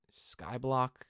skyblock